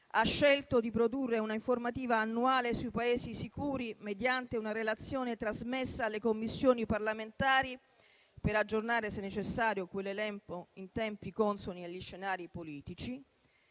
Ha scelto di produrre un'informativa annuale sui Paesi sicuri mediante una relazione trasmessa alle Commissioni parlamentari per aggiornare, se necessario, quell'elenco in tempi consoni agli scenari politici.